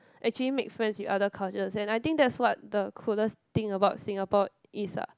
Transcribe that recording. actually make friends with other cultures and I think that's what the coolest thing about Singapore is ah